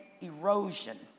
erosion